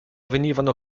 venivano